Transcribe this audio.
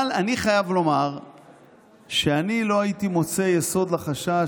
אבל אני חייב לומר שלא הייתי מוצא יסוד לחשש,